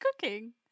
cooking